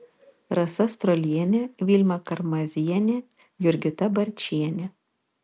rasa strolienė vilma karmazienė jurgita barčienė